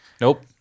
Nope